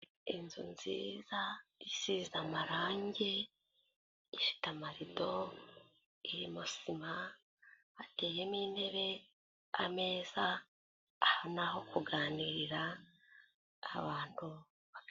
Inzu nziza isize amarange, ifite amarido, irimo sima, hateyemo intebe, ameza, aha ni aho kuganirira, abantu.